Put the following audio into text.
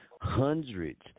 hundreds